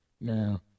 Now